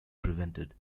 prevented